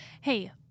Hey